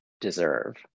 deserve